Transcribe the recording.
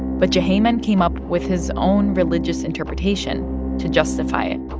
but juhayman came up with his own religious interpretation to justify it.